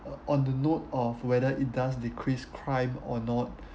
uh on the note of whether it does decrease crime or not